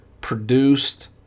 produced